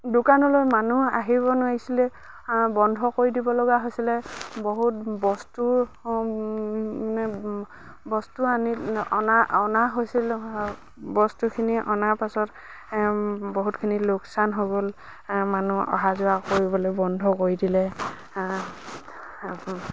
দোকানলৈ মানুহ আহিব নোৱাৰিছিলে বন্ধ কৰি দিব লগা হৈছিলে বহুত বস্তু মানে বস্তু আনি অনা অনা হৈছিল বস্তুখিনি অনাৰ পাছত বহুতখিনি লোকচান হৈ গ'ল মানুহ অহা যোৱা কৰিবলৈ বন্ধ কৰি দিলে